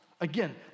Again